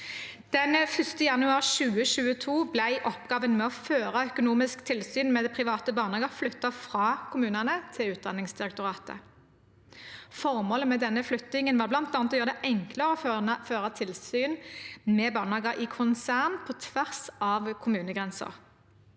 Den 1. januar 2022 ble oppgaven med å føre økonomisk tilsyn med private barnehager flyttet fra kommunene til Utdanningsdirektoratet. Formålet med denne flyttingen var bl.a. å gjøre det enklere å føre tilsyn med barnehager i konsern på tvers av kommunegrenser.